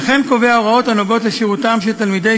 וכן קובע הוראות הנוגעות לשירותם של תלמידי